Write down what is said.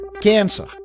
cancer